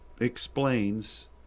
explains